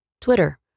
Twitter